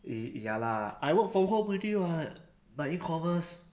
ya lah I work from home already [what] my E commerce